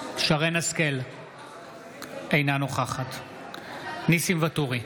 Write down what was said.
אינה נוכחת ניסים ואטורי,